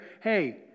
hey